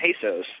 pesos